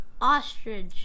Ostrich